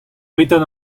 hábitat